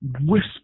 whisper